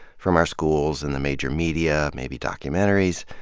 from our schools and the major media, maybe documentaries,